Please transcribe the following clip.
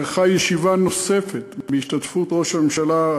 נערכה ישיבה נוספת בהשתתפות ראש הממשלה,